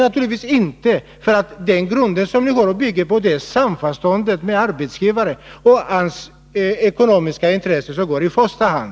Anledningen härtill är att den grund ni bygger på är samförståndet med arbetsgivaren, vars ekonomiska intressen går i första hand.